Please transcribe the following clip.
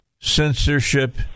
censorship